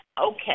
okay